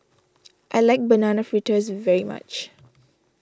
I like Banana Fritters very much